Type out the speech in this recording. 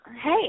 hey